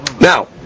Now